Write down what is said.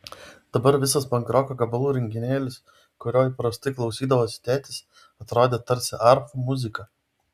dabar visas pankroko gabalų rinkinėlis kurio įprastai klausydavosi tėtis atrodė tarsi arfų muzika